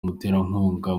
umuterankunga